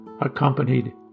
accompanied